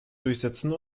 durchsetzen